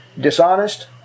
dishonest